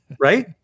Right